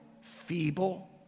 feeble